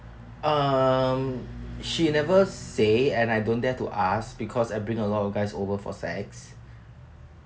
um she never say and I don't dare to ask because I bring a lot of guys over for sex